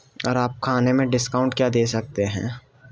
اور آپ کھانے میں ڈسکاؤنٹ کیا دے سکتے ہیں